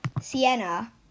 Sienna